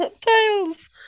Tails